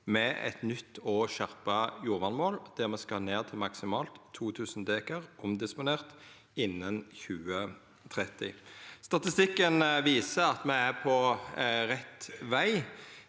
med eit nytt og skjerpa jordvernmål, der me skal ned til maksimalt 2 000 dekar omdisponert innan 2030. Statistikken viser at me er på rett veg.